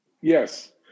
Yes